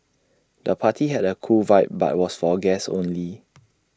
the party had A cool vibe but was for guests only